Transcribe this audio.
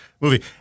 movie